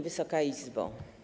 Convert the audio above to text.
Wysoka Izbo!